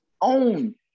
own